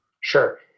Sure